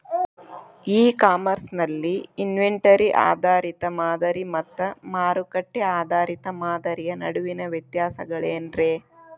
E commerce ನಲ್ಲಿ inventory ಆಧಾರಿತ ಮಾದರಿ ಮತ್ತ ಮಾರುಕಟ್ಟೆ ಆಧಾರಿತ ಮಾದರಿಯ ನಡುವಿನ ವ್ಯತ್ಯಾಸಗಳೇನ ರೇ?